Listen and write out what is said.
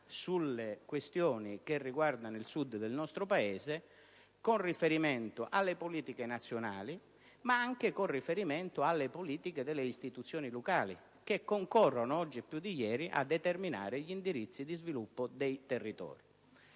sulle questioni che riguardano il Sud del nostro Paese con riferimento alle politiche nazionali, ma anche alle politiche delle istituzioni locali che concorrono oggi più di ieri a determinare gli indirizzi di sviluppo dei territori.